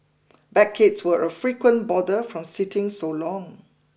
backaches were a frequent bother from sitting so long